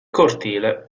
cortile